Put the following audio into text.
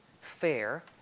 fair